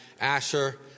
Asher